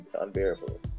unbearable